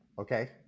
okay